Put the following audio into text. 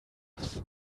gloves